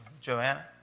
Joanna